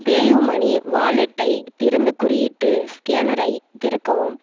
PayU money வாலெட்டை திறந்து குறியீட்டு ஸ்கேனரை திறக்கவும்